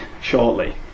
shortly